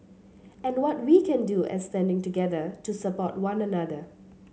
and what can we do as standing together to support one another